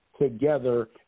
together